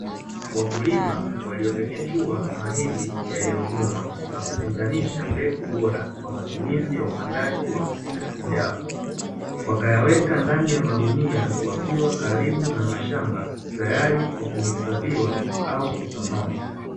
Wakulima waliopekechua mahindi yaliyovunwa na kutengenisha mbegu bora kwa matumizi ya upandaji wa misimu ujao. Wakayaweka ndani ya magunia wakiwa karibu na mashamba tayari kwa kuhifadhiwa au kusambazwa.